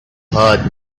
heart